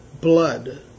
blood